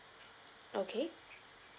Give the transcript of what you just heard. okay